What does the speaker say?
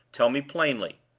tell me plainly,